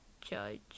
judge